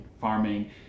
farming